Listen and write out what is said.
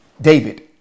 David